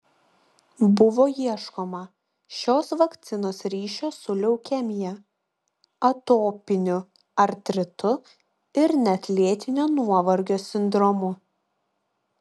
buvo ieškoma šios vakcinos ryšio su leukemija atopiniu artritu ir net lėtinio nuovargio sindromu